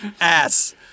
ass